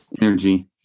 energy